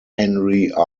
henry